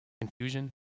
confusion